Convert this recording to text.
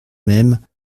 même